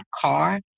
car